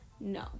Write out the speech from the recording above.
No